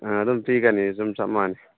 ꯑꯥ ꯑꯗꯨꯝ ꯄꯤꯒꯅꯤ ꯑꯗꯨꯝ ꯆꯞ ꯃꯥꯟꯅꯩ